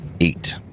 eight